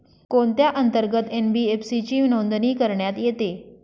कोणत्या अंतर्गत एन.बी.एफ.सी ची नोंदणी करण्यात येते?